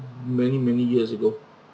many many years ago